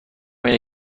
اینه